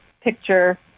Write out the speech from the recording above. picture